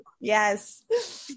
Yes